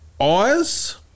eyes